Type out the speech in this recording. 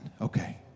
okay